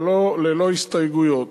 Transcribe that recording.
ללא הסתייגויות.